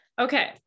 Okay